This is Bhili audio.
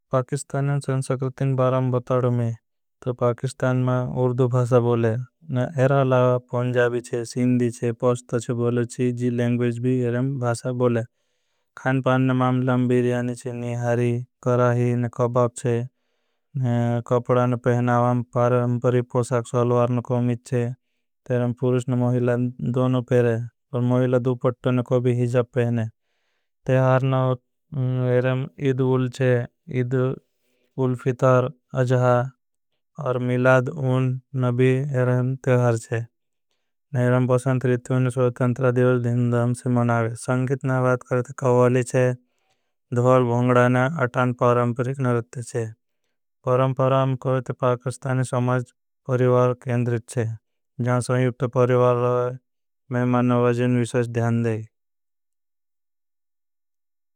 पाकिस्तान शंसक्रतिन बारां बताडमे तो पाकिस्तान मां उर्दू। भासा बोले पंजाबी चे, सिंधी चे, पौस्त चे बोले, चीजी लेंग्बेज। भी एराला भासा बोले पान नमां लंबीरियानी चे निहारी कराही। चे कबाप चे कपड़ान पहनावां पारंपरी पोसाक्स सलवार छे तेहरं। पूरुषन मोहिलां दोनो पेरे मोहिलां दूपट नको भी हिजाब पहने न। एरं इद उलचे इद उलफितार अजहा और मिलाद उन नभी एरं। तेहर चे पोसंत रित्यों न सुर्थांत्रा देवर धिन्दाम से मनावे संगीत न। बात करते कवाली चे धोल भुंगडाने अटान पारंपरी कनरते चे। कोईत पाकस्तानी समाज परिवार केंदर चे जहां सुइवत परिवार। रहे में मेहमान नवाजी मे विशस ध्यान देई।